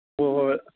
ꯍꯣꯏ ꯍꯣꯏ